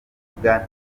kuvuga